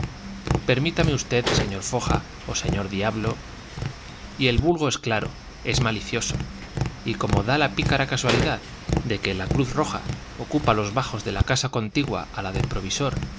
permítame usted señor foja o señor diablo y el vulgo es claro es malicioso y como da la pícara casualidad de que la cruz roja ocupa los bajos de la casa contigua a la del provisor